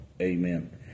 amen